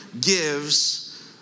gives